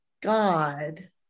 God